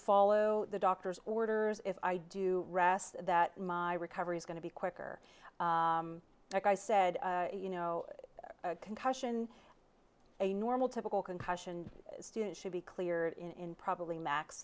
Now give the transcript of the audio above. follow the doctor's orders if i do rest that my recovery is going to be quicker like i said you know a concussion a normal typical concussion student should be cleared in probably max